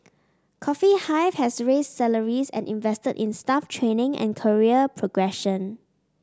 Coffee Hive has raised salaries and invested in staff training and career progression